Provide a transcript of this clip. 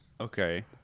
Okay